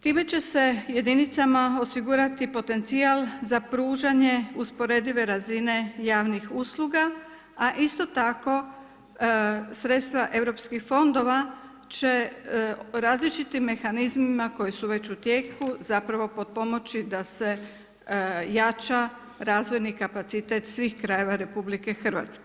Time će se jedinicama osigurati potencijal za pružanje usporedive razine javnih usluga, a isto tako sredstva europskih fondova će različitim mehanizmima koji su već u tijeku zapravo potpomoći da se jača razvojni kapacitet svih krajeva RH.